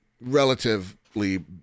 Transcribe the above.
relatively